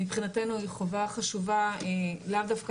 שמבחינתנו היא חובה חשובה לאו דווקא